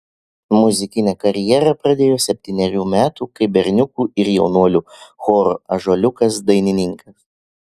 muzikinę karjerą pradėjo septynerių metų kaip berniukų ir jaunuolių choro ąžuoliukas dainininkas